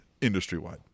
industry-wide